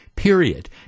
period